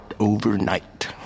overnight